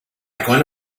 going